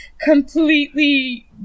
completely